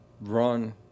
run